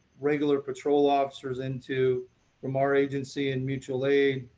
regular patrol officers into from our agency and mutual aid,